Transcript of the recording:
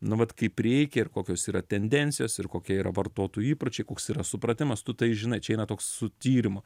na vat kaip reikia ir kokios yra tendencijos ir kokie yra vartotojų įpročiai koks yra supratimas tu tai žinai čia eina toks su tyrimu